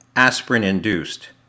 Aspirin-induced